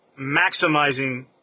maximizing